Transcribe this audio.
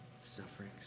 sufferings